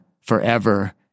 forever